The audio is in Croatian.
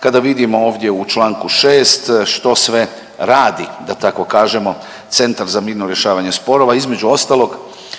Kada vidimo ovdje u čl. 6. što sve radi da tako kažemo Centar za mirno rješavanje sporova, između ostalog